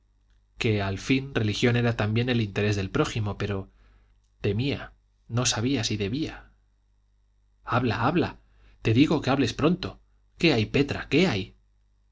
que al fin religión era también el interés del prójimo pero temía no sabía si debía habla habla te digo que hables pronto qué hay petra qué hay